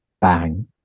bang